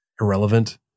irrelevant